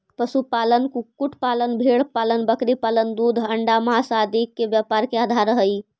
पशुपालन, कुक्कुट पालन, भेंड़पालन बकरीपालन दूध, अण्डा, माँस आदि के व्यापार के आधार हइ